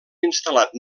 instal·lat